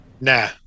Nah